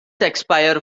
expire